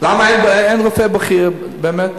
למה אין רופא בכיר, באמת?